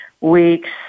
weeks